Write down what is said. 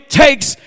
takes